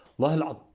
my god!